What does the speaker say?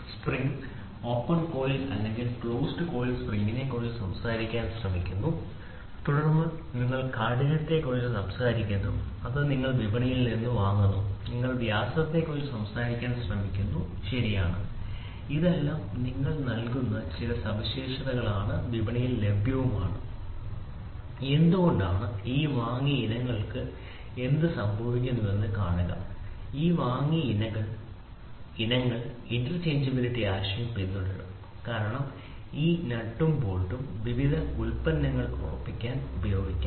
spring open coiled അല്ലെങ്കിൽ closed coiled സ്പ്രിംഗിനെക്കുറിച്ച് സംസാരിക്കാൻ ശ്രമിക്കുന്നു തുടർന്ന് നിങ്ങൾ കാഠിന്യത്തെക്കുറിച്ച് സംസാരിക്കുന്നു അത് നിങ്ങൾ വിപണിയിൽ നിന്ന് വാങ്ങുന്നു നിങ്ങൾ വ്യാസത്തെക്കുറിച്ച് സംസാരിക്കാൻ ശ്രമിക്കുന്നു ശരിയാണ് ഇതെല്ലാം നിങ്ങൾ നൽകുന്ന ചില സവിശേഷതകളാണ് വിപണിയിൽ ലഭ്യമാണ് എന്തുകൊണ്ടാണ് ഈ വാങ്ങിയ ഇനങ്ങൾക്ക് എന്ത് സംഭവിക്കുന്നതെന്ന് കാണുക ഈ വാങ്ങിയ ഇനങ്ങൾ ഇന്റർചേഞ്ച്ബിലിറ്റി ആശയം പിന്തുടരും കാരണം ഈ നട്ടും ബോൾട്ടും വിവിധ ഉൽപ്പന്നങ്ങൾ ഉറപ്പിക്കാൻ ഉപയോഗിക്കാം